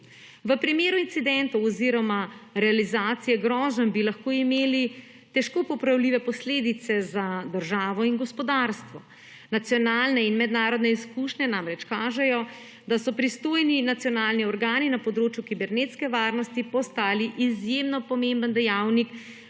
V primeru incidentov oziroma realizacije groženj bi lahko imeli težko popravljive posledice za državo in gospodarstvo. Nacionalne in mednarodne izkušnje namreč kažejo, da so pristojni nacionalni organi na področju kibernetske varnosti postali izjemno pomemben dejavnik